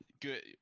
Good